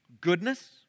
goodness